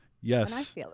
Yes